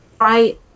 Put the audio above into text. Right